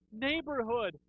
neighborhood